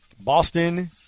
Boston